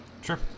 Sure